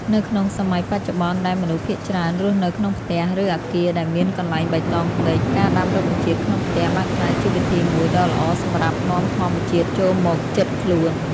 នៅក្នុងសម័យបច្ចុប្បន្ន ដែលមនុស្សភាគច្រើនរស់នៅក្នុងផ្ទះ ឬអគារដែលមានកន្លែងបៃតងតិច ការដាំរុក្ខជាតិក្នុងផ្ទះបានក្លាយជាវិធីមួយដ៏ល្អសម្រាប់នាំធម្មជាតិចូលមកជិតខ្លួន។